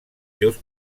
seus